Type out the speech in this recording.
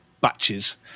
batches